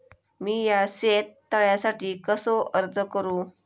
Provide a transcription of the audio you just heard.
मीया शेत तळ्यासाठी कसो अर्ज करू?